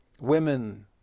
women